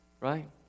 Right